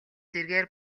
зэргээр